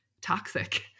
toxic